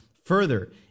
Further